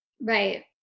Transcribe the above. Right